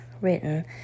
written